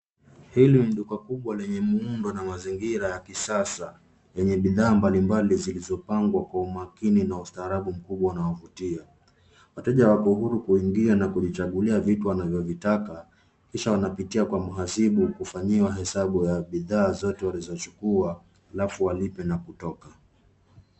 Hili ni duka kubwa lenye muundo wa kisasa lenye bidhaa mbalimbali zilizopangwa kwa umakini na ustarabu mkubwa. Wateja wako huru kuingia na kuchagulia vitu wanavyovitaka kisha wanapitia kwa mhasibu kufanywa hesabu ya bidhaa walizochukua alafu walipe na kutoka.